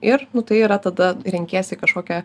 ir nu tai yra tada renkiesi kažkokią